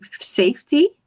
safety